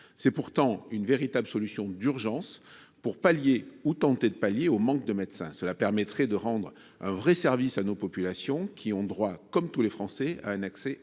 est pourtant une véritable solution d’urgence pour pallier ou tenter de pallier le manque de médecins. Cela permettrait de rendre un véritable service à nos populations, qui ont droit, comme tous les Français, à un accès aux soins.